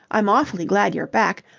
i'm awfully glad you're back.